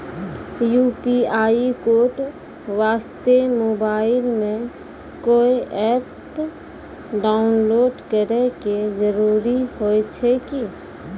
UPI code वास्ते mobile मे कोय एप्प डाउनलोड करे के जरूरी होय छै की?